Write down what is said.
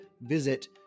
visit